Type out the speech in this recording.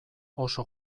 oso